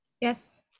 Yes